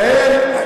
אין,